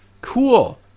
Cool